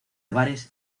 bares